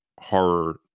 horror